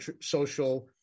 social